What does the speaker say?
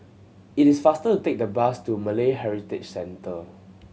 it is faster to take the bus to Malay Heritage Centre